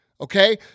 Okay